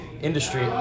industry